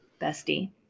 bestie